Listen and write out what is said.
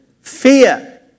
fear